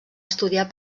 estudiar